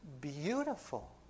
beautiful